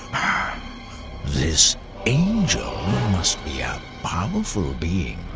ah this angel must be a powerful being